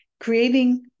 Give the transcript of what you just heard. creating